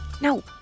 No